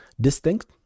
distinct